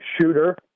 shooter